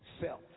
Self